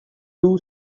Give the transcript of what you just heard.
two